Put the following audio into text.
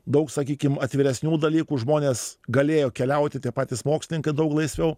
daug sakykim atviresnių dalykų žmonės galėjo keliauti tie patys mokslininkai daug laisviau